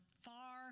far